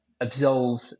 absolve